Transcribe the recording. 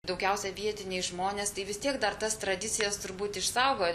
daugiausia vietiniai žmonės tai vis tiek dar tas tradicijas turbūt išsaugojo